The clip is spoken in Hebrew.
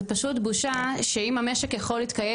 זו פשוט בושה שאם המשק יכול להתקיים